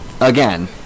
again